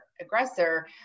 aggressor